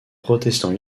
protestant